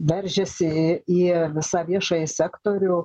veržiasi į visą viešąjį sektorių